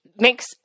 Makes